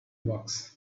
box